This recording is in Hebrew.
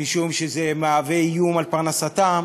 משום שזה מהווה איום על פרנסתם